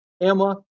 Emma